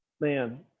man